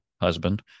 husband